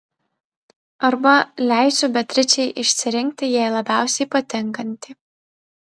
arba leisiu beatričei išsirinkti jai labiausiai patinkantį